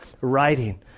writing